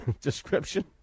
description